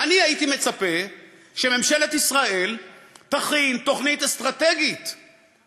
אני הייתי מצפה שממשלת ישראל תכין תוכנית אסטרטגית,